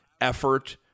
effort